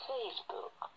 Facebook